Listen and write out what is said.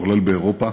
כולל באירופה,